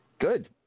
Good